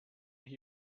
when